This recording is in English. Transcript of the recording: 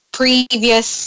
previous